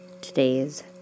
today's